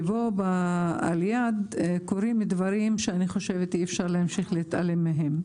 אבל פה על יד קורים דברים שאני חושבת שאי אפשר להמשיך להתעלם מהם.